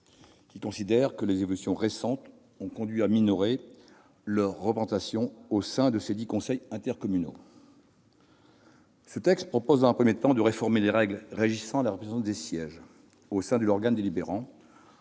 qui considèrent que les évolutions récentes ont conduit à minorer leur représentation au sein des conseils intercommunaux. Ce texte a pour objet, dans un premier temps, de réformer les règles régissant la répartition des sièges au sein de l'organe délibérant